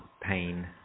pain